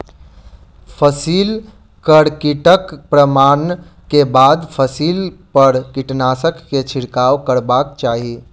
फसिल पर कीटक प्रमाण के बाद फसिल पर कीटनाशक के छिड़काव करबाक चाही